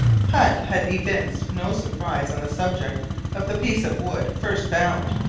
hunt had evinced no surprise on the subject of the piece of wood first found,